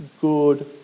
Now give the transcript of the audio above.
good